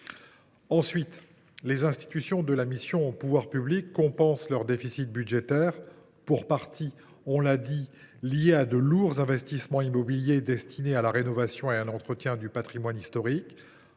Ensuite, les institutions de la mission « Pouvoirs publics » compensent leurs déficits budgétaires – pour partie liés à de lourds investissements immobiliers destinés à la rénovation et à l’entretien du patrimoine historique